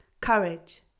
Courage